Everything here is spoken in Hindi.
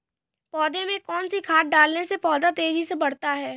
पौधे में कौन सी खाद डालने से पौधा तेजी से बढ़ता है?